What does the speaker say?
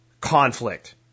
conflict